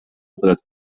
خودت